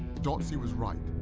dotsie was right.